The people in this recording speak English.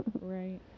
Right